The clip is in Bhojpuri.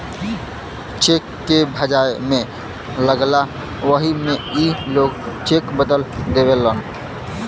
चेक के भजाए मे लगला वही मे ई लोग चेक बदल देवेलन